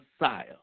Messiah